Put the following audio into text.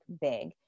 big